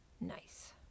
Nice